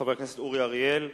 חבר הכנסת אורי אריאל,